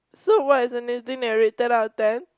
so what is the next thing that you will rate ten out of ten